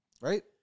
right